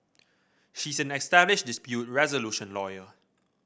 she is an established dispute resolution lawyer